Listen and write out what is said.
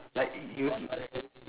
like you